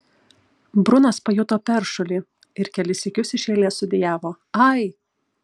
brunas pajuto peršulį ir kelis sykius iš eilės sudejavo ai